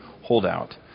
holdout